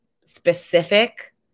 specific